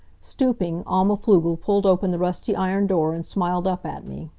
stooping, alma pflugel pulled open the rusty iron door and smiled up at me.